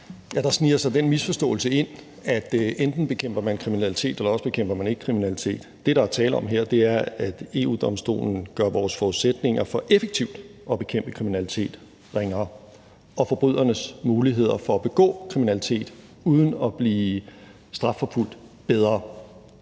Der sniger sig den misforståelse ind, at enten bekæmper man kriminalitet, eller også bekæmper man ikke kriminalitet. Det, der er tale om her, er, at EU-Domstolen gør vores forudsætninger for effektivt at bekæmpe kriminalitet ringere og forbrydernes muligheder for at begå kriminalitet uden at blive strafforfulgt bedre.